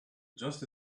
just